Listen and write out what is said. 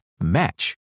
match